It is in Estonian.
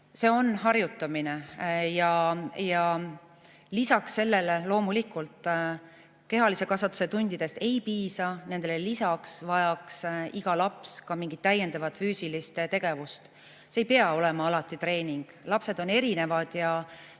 See on harjutamine. Loomulikult, kehalise kasvatuse tundidest ei piisa, nendele lisaks vajaks iga laps mingit täiendavat füüsilist tegevust. See ei pea alati olema treening. Lapsed on erinevad ja